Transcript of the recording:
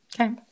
Okay